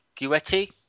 Guetti